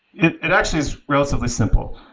it it actually is relatively simple.